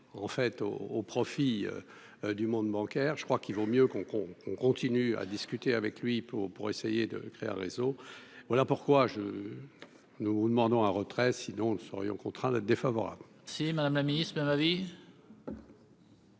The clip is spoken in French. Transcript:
en fait au au profit du monde bancaire, je crois qu'il vaut mieux qu'on qu'on continue à discuter avec lui pour, pour essayer de créer un réseau, voilà pourquoi je nous vous demandons à retrait sinon nous serions contraints défavorable. Si Madame la Ministre, de ma vie.